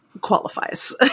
qualifies